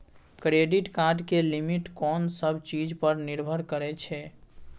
Credit card के limit कोन सब चीज पर निर्भर करै छै?